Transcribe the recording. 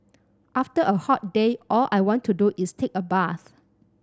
after a hot day all I want to do is take a bath